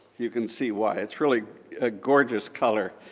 you can see why. it's really a gorgeous color.